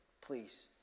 please